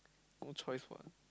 no choice [what]